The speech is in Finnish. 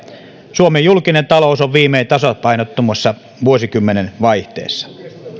suomen julkinen talous on viimein tasapainottumassa vuosikymmenen vaihteessa